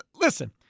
Listen